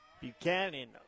Buchanan